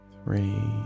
three